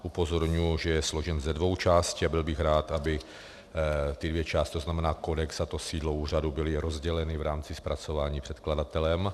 Upozorňuji, že je složen ze dvou částí, a byl bych rád, aby ty dvě části, to znamená kodex a to sídlo úřadu, byly rozděleny v rámci zpracování předkladatelem.